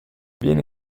viene